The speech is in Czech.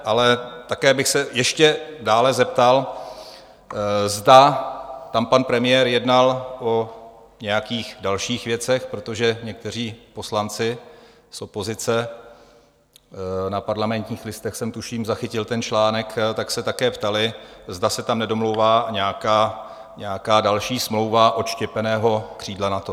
Ale také bych se ještě dále zeptal, zda tam pan premiér jednal o nějakých dalších věcech, protože někteří poslanci z opozice na Parlamentních listech jsem, tuším, zachytil ten článek se také ptali, zda se tam nedomlouvá nějaká další smlouva odštěpeného křídla NATO.